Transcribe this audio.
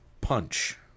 Punch